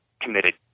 committed